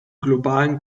globalen